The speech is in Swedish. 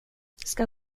ska